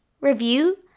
review